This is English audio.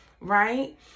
right